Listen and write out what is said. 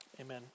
amen